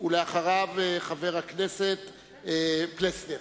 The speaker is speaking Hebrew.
ואחריו, חבר הכנסת פלסנר.